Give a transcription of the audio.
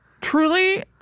Truly